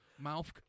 Mouth